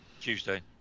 Tuesday